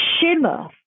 shimmer